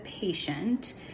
patient